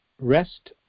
rest